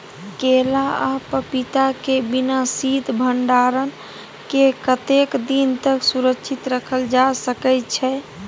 केला आ पपीता के बिना शीत भंडारण के कतेक दिन तक सुरक्षित रखल जा सकै छै?